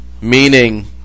meaning